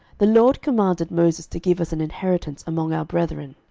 the lord commanded moses to give us an inheritance among our brethren.